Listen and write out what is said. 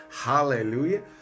Hallelujah